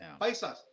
paisas